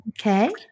Okay